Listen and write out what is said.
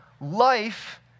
life